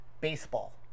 baseball